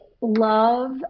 love